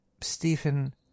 Stephen